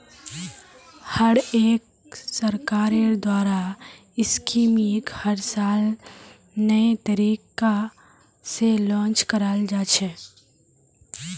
हर एक सरकारेर द्वारा स्कीमक हर साल नये तरीका से लान्च कराल जा छे